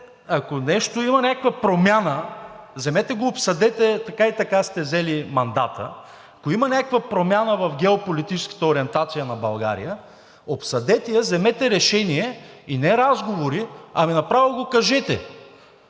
ако има някаква промяна, вземете го обсъдете, така и така сте взели мандата, ако има някаква промяна в геополитическата ориентация на България, обсъдете я, вземете решение и не разговори, ами направо го кажете